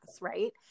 right